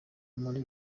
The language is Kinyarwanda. muri